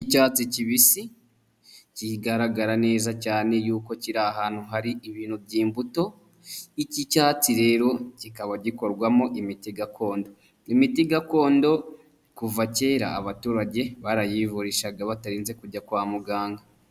Icyatsi kibisi kigaragara neza cyane yuko kiri ahantu hari ibintu by'imbuto, iki icyatsi rero kikaba gikorwamo imiti gakondo, imiti gakondo kuva kera abaturage barayivurishaga batarinze kujya kwa muganga.